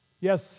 Yes